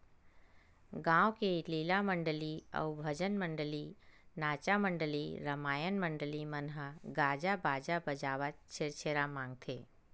गाँव के लीला मंडली अउ भजन मंडली, नाचा मंडली, रमायन मंडली मन ह गाजा बाजा बजावत छेरछेरा मागथे